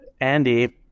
Andy –